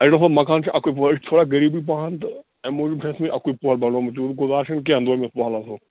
اَسہِ دوٚپ ہا مَکان چھُ اَکٕے پور أسۍ چھِ تھوڑا غریٖبٕے پَہَم تہٕ ایٚمہِ موٗجوٗب چھِ اَسہِ وۅنۍ اَکُے پور بنیومُت تیٛوٗت گُزارٕ چھُنہٕ کیٚنٛہہ دوٚیمِس پورس سُمب